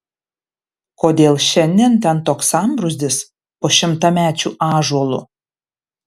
kodėl šiandien ten toks sambrūzdis po šimtamečiu ąžuolu